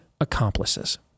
accomplices